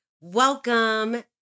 Welcome